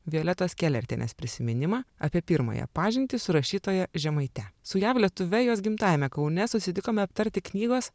violetos kelertienės prisiminimą apie pirmąją pažintį su rašytoja žemaite su jav lietuve jos gimtajame kaune susitikome aptarti knygos